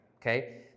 okay